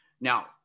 Now